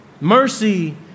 Mercy